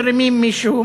מרימים מישהו,